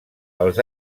els